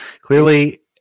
Clearly